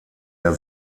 der